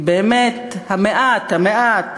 הוא באמת המעט, המעט,